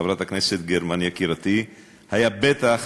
חברת הכנסת גרמן, יקירתי, בטח